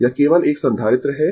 यह केवल एक संधारित्र है